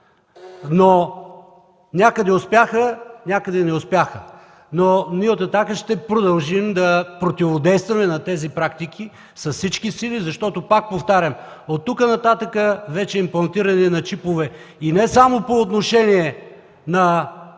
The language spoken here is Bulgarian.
но някъде успяха, някъде не успяха. Ние от „Атака” ще продължим да противодействаме на тези практики с всички сили, защото, пак повтарям, от тук нататък вече следва имплантиране на чипове и не само по отношение на